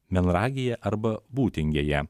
menoragija arba būtingėje